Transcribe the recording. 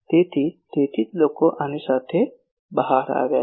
તેથી તેથી જ લોકો આની સાથે બહાર આવ્યા છે